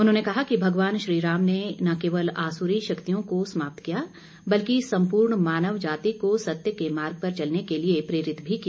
उन्होंने कहा कि भगवान श्रीराम ने न केवल असुरी शक्तियों को समाप्त किया बल्कि संपूर्ण मानव जाति को सत्य के मार्ग पर चलने के लिए प्रेरित भी किया